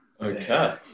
Okay